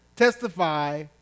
testify